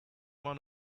man